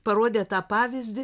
parodė tą pavyzdį